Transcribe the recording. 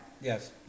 yes